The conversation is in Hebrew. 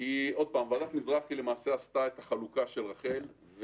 ועדת מזרחי עשתה את החלוקה של רח"ל,